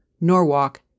Norwalk